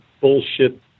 bullshit